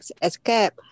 escape